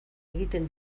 egiten